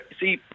see